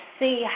see